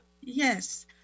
Yes